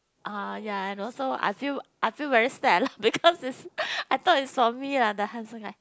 ah ya and also I feel I feel very sad lah because it's I thought is for me lah the handsome guy